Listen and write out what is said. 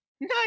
No